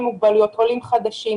עולים חדשים,